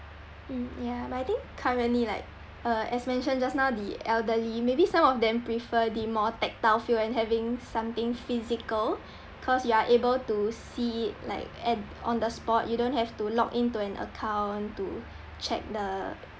mm ya but I think currently like uh as mentioned just now the elderly maybe some of them prefer the more tactile feel and having something physical cause you are able to see it like on the spot you don't have to log in to an account to check the